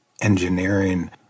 engineering